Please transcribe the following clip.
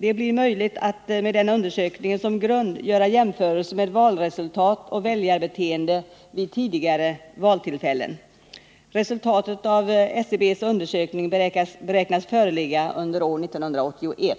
Det blir möjligt att med den undersökningen som grund göra jämförelser med valresultat och väljarbeteende vid tidigare valtillfällen. Resultatet av SCB:s undersökning beräknas föreligga under år 1981.